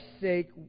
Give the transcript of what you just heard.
sake